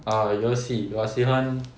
orh 游戏我喜欢